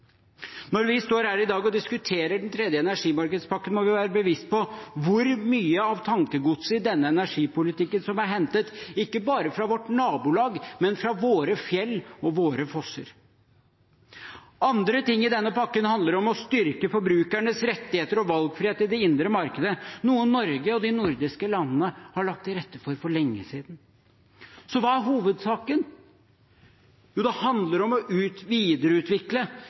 Når vi står her i dag og diskuterer den tredje energimarkedspakken, må vi være bevisst på hvor mye av tankegodset i denne energipolitikken som er hentet ikke bare fra vårt nabolag, men fra våre fjell og våre fosser. Andre ting i denne pakken handler om å styrke forbrukernes rettigheter og valgfrihet i det indre markedet, noe Norge og de nordiske landene har lagt til rette for for lenge siden. Så hva er hovedsaken? Jo, det handler om å videreutvikle